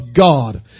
God